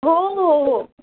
हो हो हो